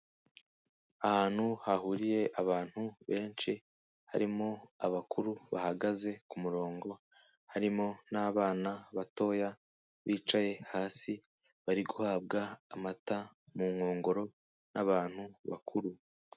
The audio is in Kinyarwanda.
Ahantu hahuriye abantu benshi, harimo abakuru bahagaze ku murongo, harimo n'abana batoya bicaye hasi, bari guhabwa amata mu nkongoro n'bantu bakuru.